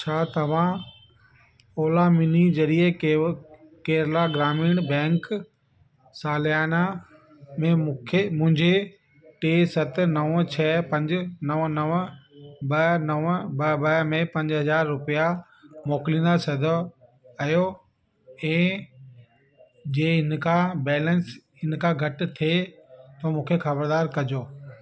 छा तव्हां ओला मिनी ज़रिए के केरला ग्रामीण बैंक सालियाना में मूंखे मुंहिंजे टे सत नव छह पंज नव नव ॿ नव ॿ ॿ में पंज हज़ार रुपया मोकिली थो सघां एओ ए जे इन खां बैलेंस इन खां घटि थे त मूंखे ख़बरदार कजो